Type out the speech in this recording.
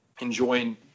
enjoying